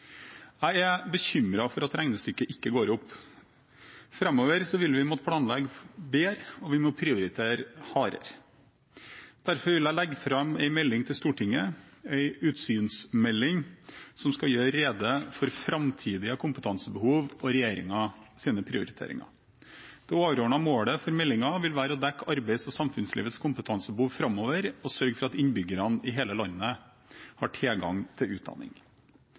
Jeg er bekymret for at regnestykket ikke går opp. Framover vil vi måtte planlegge bedre, og vi må prioritere hardere. Derfor vil jeg legge fram en melding til Stortinget – en utsynsmelding – som skal gjøre rede for framtidige kompetansebehov og regjeringens prioriteringer. Det overordnede målet for meldingen vil være å dekke arbeids- og samfunnslivets kompetansebehov framover og sørge for at innbyggerne i hele landet har tilgang til utdanning.